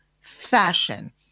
fashion